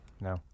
No